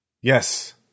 yes